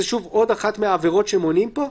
זה שוב עוד אחת מהעבירות שמונים פה.